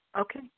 Okay